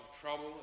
trouble